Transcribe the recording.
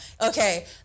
okay